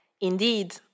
Indeed